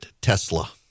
Tesla